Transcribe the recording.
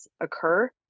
occur